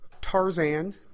Tarzan